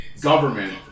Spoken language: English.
government